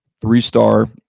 Three-star